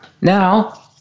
Now